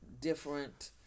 different